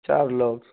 چار لوگ